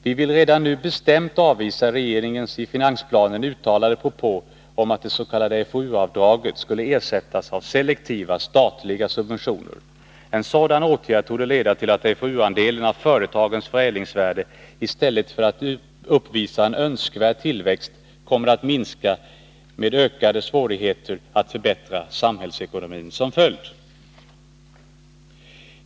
Vi vill redan nu bestämt avvisa regeringens i finansplanen uttalade propå om att det s.k. FoU-avdraget skulle ersättas av selektiva statliga subventioner. En sådan åtgärd torde leda till att FOU-andelen av företagens förädlingsvärde i stället för att uppvisa en önskvärd tillväxt kommer att minska med ökade svårigheter att förbättra samhällsekonomin som följd.